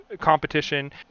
competition